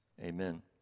amen